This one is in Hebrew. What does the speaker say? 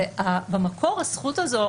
במקור הזכות הזו,